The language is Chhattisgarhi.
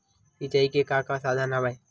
सिंचाई के का का साधन हवय?